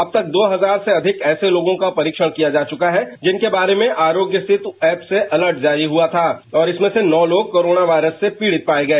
अब तक दो हजार से अधिक ऐसे लोगों का परीक्षण किया जा चुका है जिनके बारे में आरोग्य सेतु ऐप से अलर्ट जारी हुआ था और इसमें से नौ लोग कोरोना वायरस से पीड़ित पाए गए